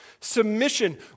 Submission